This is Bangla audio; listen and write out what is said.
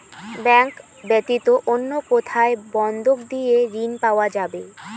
ব্যাংক ব্যাতীত অন্য কোথায় বন্ধক দিয়ে ঋন পাওয়া যাবে?